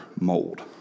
mold